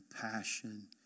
passion